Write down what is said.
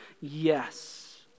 yes